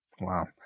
Wow